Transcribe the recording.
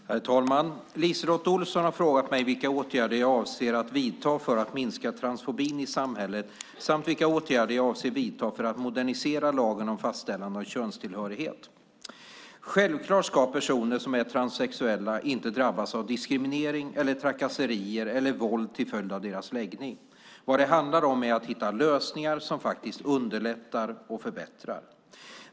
Herr talman! LiseLotte Olsson har frågat mig vilka åtgärder jag avser att vidta för att minska transfobin i samhället samt vilka åtgärder jag avser att vidta för att modernisera lagen om fastställande av könstillhörighet. Självklart ska personer som är transsexuella inte drabbas av diskriminering, trakasserier eller våld till följd av sin läggning. Vad det handlar om är att hitta lösningar som faktiskt underlättar och förbättrar.